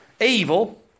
evil